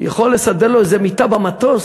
יכול לסדר לו איזה מיטה במטוס